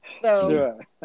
Sure